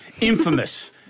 Infamous